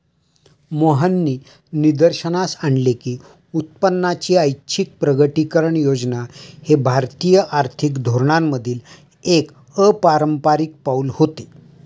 मोहननी निदर्शनास आणले की उत्पन्नाची ऐच्छिक प्रकटीकरण योजना हे भारतीय आर्थिक धोरणांमधील एक अपारंपारिक पाऊल होते